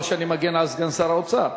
לא שאני מגן על סגן שר האוצר,